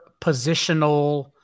positional